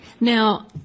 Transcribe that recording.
Now